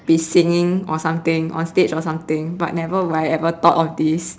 be singing or something on stage or something but never would I ever thought of this